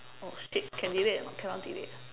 oh shit can delete or not cannot delete ah